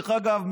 שדרך אגב,